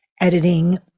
editing